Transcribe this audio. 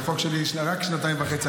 חוק שלי רק שנתיים וחצי,